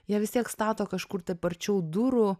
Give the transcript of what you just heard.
jie vis tiek stato kažkur taip arčiau durų